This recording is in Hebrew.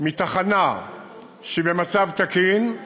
מתחנה שהיא במצב תקין,